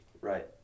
Right